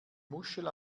muschel